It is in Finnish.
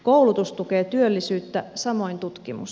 koulutus tukee työllisyyttä samoin tutkimus